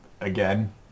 again